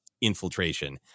infiltration